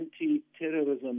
anti-terrorism